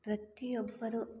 ಪ್ರತಿಯೊಬ್ಬರೂ